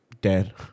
dead